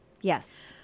Yes